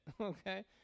okay